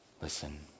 listen